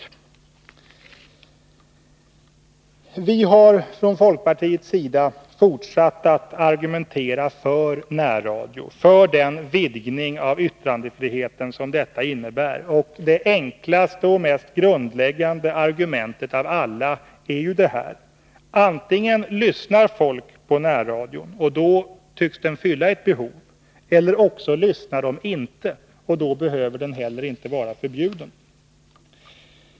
é Vi har från folkpartiets sida fortsatt att argumentera för närradio, för den vidgning av yttrandefriheten som detta innebär. Det enklaste och mest grundläggande argumentet av alla är: Antingen lyssnar folk på närradion, och i så fall tycks den fylla ett behov. Eller också lyssnar de inte, och då behöver den inte heller vara förbjuden.